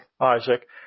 Isaac